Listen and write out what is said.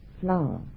flower